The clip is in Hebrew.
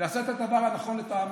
ועשה את הדבר הנכון לטעמי,